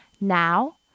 Now